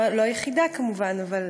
לא היחידה כמובן, אבל